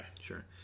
Sure